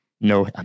no